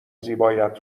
زیبایت